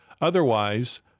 Otherwise